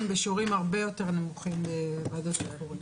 בשיעורים הרבה יותר נמוכים בוועדת שחרורים.